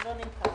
לא נמכר,